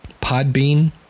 Podbean